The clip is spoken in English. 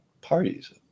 parties